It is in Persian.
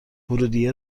ورودیه